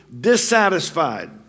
dissatisfied